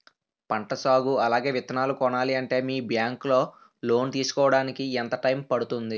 పంట సాగు అలాగే విత్తనాలు కొనాలి అంటే మీ బ్యాంక్ లో లోన్ తీసుకోడానికి ఎంత టైం పడుతుంది?